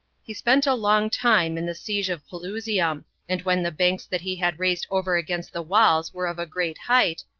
he spent a long time in the siege of pelusium and when the banks that he had raised over against the walls were of a great height,